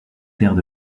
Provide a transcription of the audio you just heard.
terres